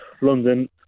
London